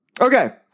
Okay